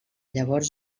llavors